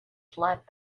slapped